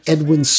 Edwin